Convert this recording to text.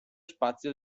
spazio